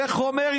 איך הוא אומר,